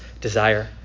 Desire